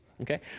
Okay